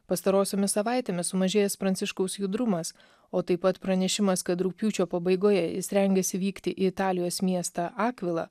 pastarosiomis savaitėmis sumažėjęs pranciškaus judrumas o taip pat pranešimas kad rugpjūčio pabaigoje jis rengiasi vykti į italijos miestą akvilą